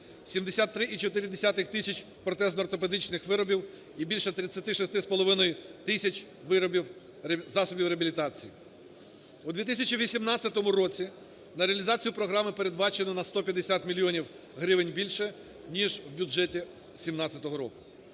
73,4 тисяч протезно-ортопедичних виробів і більше 36,5 тисяч засобів реабілітації. У 2018 році на реалізацію програми передбачено на 150 мільйонів гривень більше ніж в бюджеті 17-го року.